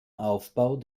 aufbau